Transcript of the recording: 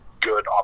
good